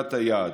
במדינת היעד.